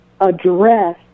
address